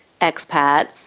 expat